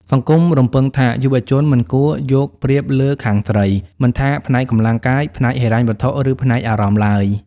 សង្គមរំពឹងថា យុវជនមិនគួរ "យកប្រៀបលើខាងស្រី" មិនថាផ្នែកកម្លាំងកាយ ផ្នែកហិរញ្ញវត្ថុ ឬផ្នែកអារម្មណ៍ឡើយ។